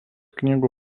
knygų